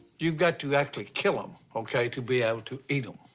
you've got to actually kill em, okay, to be able to eat em.